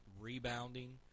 rebounding